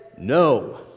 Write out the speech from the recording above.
no